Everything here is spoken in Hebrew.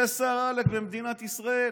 זה שר, עלק, במדינת ישראל,